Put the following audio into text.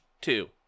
two